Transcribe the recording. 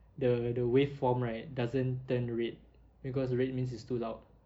the the waveform right doesn't turn red because red means it's too loud